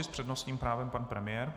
S přednostním právem pan premiér.